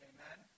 Amen